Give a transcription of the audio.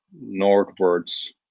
northwards